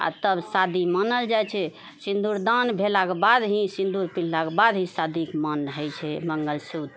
आ तब शादी मानल जाइत छै सिन्दूरदान भेलाके बाद ही सिन्दूर पड़लाके बाद ही शादी मान्य होइ छै मङ्गल सूत्र